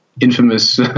infamous